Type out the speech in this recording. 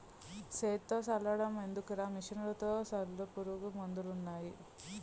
సేత్తో సల్లడం ఎందుకురా మిసన్లతో సల్లు పురుగు మందులన్నీ